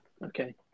Okay